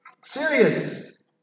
Serious